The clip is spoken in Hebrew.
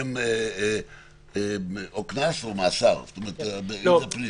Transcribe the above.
או מאסר, אם זה פלילי.